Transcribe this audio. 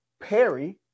Perry